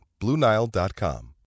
BlueNile.com